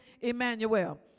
Emmanuel